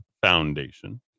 Foundation